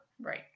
Right